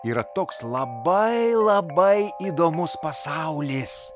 yra toks labai labai įdomus pasaulis